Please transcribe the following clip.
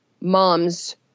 moms